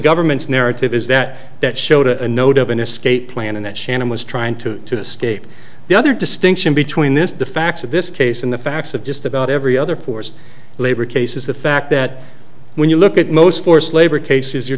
government's narrative is that that showed a note of an escape plan and that shannon was trying to escape the other distinction between this the facts of this case and the facts of just about every other forced labor case is the fact that when you look at most forced labor cases you're